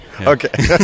Okay